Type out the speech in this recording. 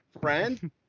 friend